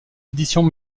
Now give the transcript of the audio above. éditions